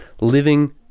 living